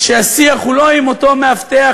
שהשיח הוא לא עם אותו מאבטח,